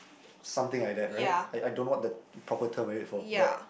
something like that right I I don't know what that proper term for it for but